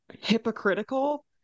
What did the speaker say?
hypocritical